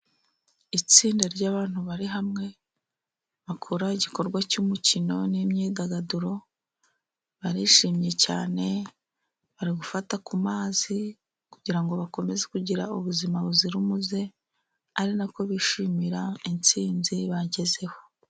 Itsinda ry'abantu bari hamwe, bakora igikorwa cy'umukino n'imyidagaduro, barishimye cyane, bari gufata ku mazi, kugira ngo bakomeze kugira ubuzima buzira umuze, ari nako bishimira insinzi bagezeho.